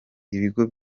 ibigo